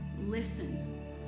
Listen